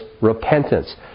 repentance